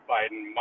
Biden